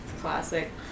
classic